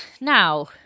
now